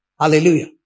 Hallelujah